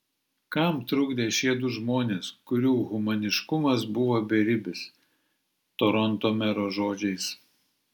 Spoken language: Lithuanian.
kam trukdė šie du žmonės kurių humaniškumas buvo beribis toronto mero žodžiais